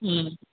ம்